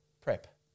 prep